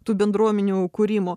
tų bendruomenių kūrimo